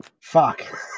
fuck